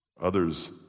Others